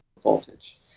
voltage